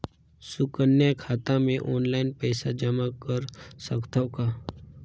सुकन्या खाता मे ऑनलाइन पईसा जमा कर सकथव का?